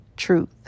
truth